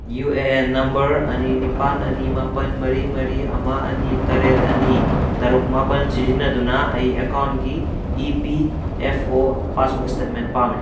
U A N number ꯑꯅꯤ ꯅꯤꯄꯥꯟ ꯑꯅꯤ ꯃꯥꯄꯟ ꯃꯔꯤ ꯃꯔꯤ ꯑꯃ ꯑꯅꯤ ꯇꯔꯦꯠ ꯑꯅꯤ ꯇꯔꯨꯛ ꯃꯥꯄꯟ ꯁꯤꯖꯤꯟꯅꯗꯨꯅ ꯑꯩ ꯑꯦꯀꯥꯎꯟꯒꯤ E P F O passbook statement ꯄꯥꯝꯃꯤ